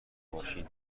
باشید